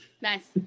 Nice